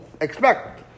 expect